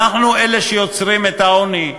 אנחנו אלה שיוצרים את העוני,